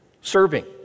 serving